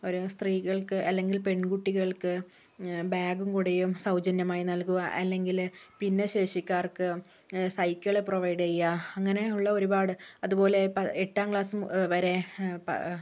ഒരു സ്ത്രീകൾക്ക് അല്ലെങ്കിൽ പെൺകുട്ടികൾക്ക് ബാഗും കുടയും സൗജന്യമായി നൽകുക അല്ലെങ്കിൽ ഭിന്നശേഷിക്കാർക്ക് സൈക്കിൾ പ്രൊവൈഡ് ചെയ്യുക അങ്ങനെയുള്ള ഒരുപാട് അതുപോലെ എട്ടാം ക്ലാസ് വരെ